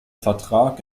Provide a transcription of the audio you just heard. vertrag